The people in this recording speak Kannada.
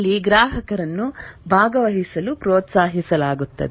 ಇಲ್ಲಿ ಗ್ರಾಹಕರನ್ನು ಭಾಗವಹಿಸಲು ಪ್ರೋತ್ಸಾಹಿಸಲಾಗುತ್ತದೆ